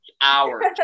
hours